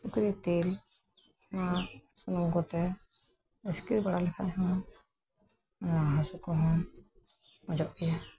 ᱥᱩᱠᱨᱤ ᱤᱛᱤᱞ ᱟᱨ ᱥᱩᱱᱩᱢ ᱠᱚᱛᱮ ᱤᱥᱠᱤᱨ ᱵᱟᱲᱟ ᱞᱮᱠᱷᱟᱡ ᱦᱚᱸ ᱦᱟᱹᱥᱩ ᱠᱚᱦᱚᱸ ᱢᱚᱡᱚᱜ ᱜᱮᱭᱟ